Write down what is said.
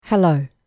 Hello